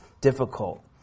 difficult